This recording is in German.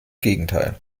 gegenteil